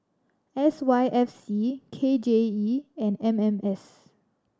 S Y F C K J E and M M S